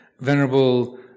Venerable